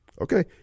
Okay